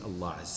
Allah